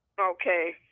Okay